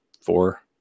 four